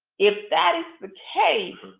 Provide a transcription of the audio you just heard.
if that is the case,